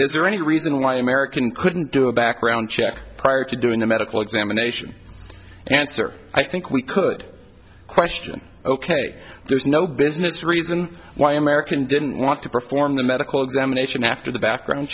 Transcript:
is there any reason why american couldn't do a background check prior to doing a medical examination answer i think we could question ok there's no business reason why american didn't want to perform the medical examination after the background